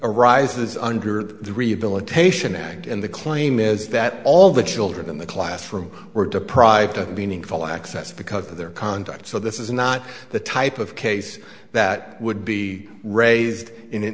arises under the rehabilitation act in the claim is that all the children in the classroom were deprived of meaningful access because of their conduct so this is not the type of case that would be raised in an